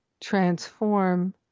transform